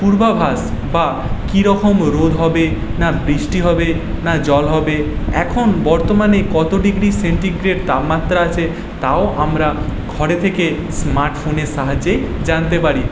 পূর্বাভাস বা কি রকম রোদ হবে না বৃষ্টি হবে না জল হবে এখন বর্তমানে কত ডিগ্রী সেন্টিগ্রেড তাপমাত্রা আছে তাও আমরা ঘরে থেকে স্মার্ট ফোনের সাহায্যেই জানতে পারি